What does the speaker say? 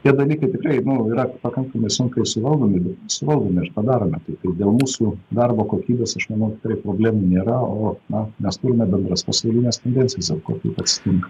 tie dalykai tikrai yra pakankamai sunkiai suvaldomi bet suvaldome ir padarome tai dėl mūsų darbo kokybės aš manau tikrai problemų nėra o na mes turime bendras pasaulines tendencijas dėl ko taip atsitinka